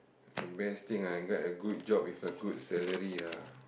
the best thing I got a good job with a good salary lah